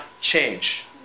change